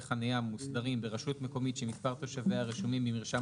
חניה מוסדרים ברשות מקומית שמספר תושביה הרשומים במרשם